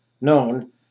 known